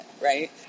right